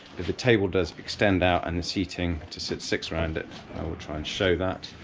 the table does extend out and the seating to sit six around it. i will try and show that,